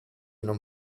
non